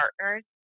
partners